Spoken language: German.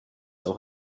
auch